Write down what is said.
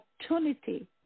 opportunity